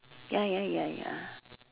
ya ya ya ya